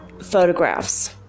photographs